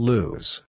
Lose